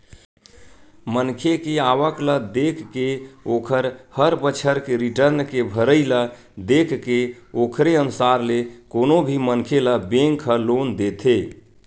मनखे के आवक ल देखके ओखर हर बछर के रिर्टन के भरई ल देखके ओखरे अनुसार ले कोनो भी मनखे ल बेंक ह लोन देथे